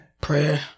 Prayer